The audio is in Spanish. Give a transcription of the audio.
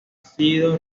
sido